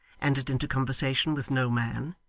entered into conversation with no man,